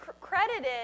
credited